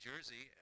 Jersey